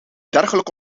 dergelijke